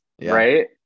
Right